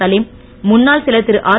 சலீம் முன்னாள் செயலர் திருஆர்